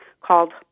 called